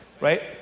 Right